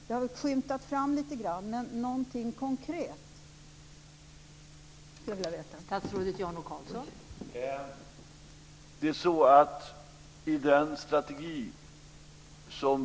Lite grann har framskymtat, men någonting konkret skulle jag vilja nämndes.